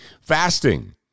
Fasting